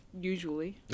usually